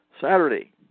Saturday